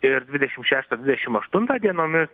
ir dvidešim šeštą dvidešim aštuntą dienomis